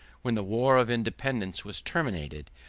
when the war of independence was terminated,